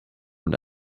und